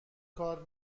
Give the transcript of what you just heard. کار